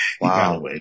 Wow